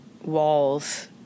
walls